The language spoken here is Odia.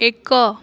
ଏକ